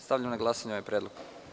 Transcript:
Stavljam na glasanje ovaj predlog.